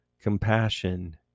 compassion